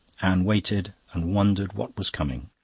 anne waited and wondered what was coming.